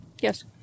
Yes